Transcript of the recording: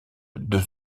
deux